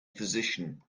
physician